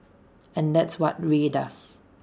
and that's what Rae does